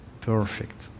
perfect